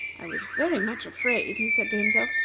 i was very much afraid, he said to himself,